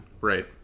right